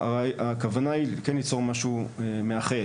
הכוונה היא כן ליצור משהו מאחד.